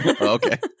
Okay